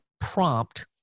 prompt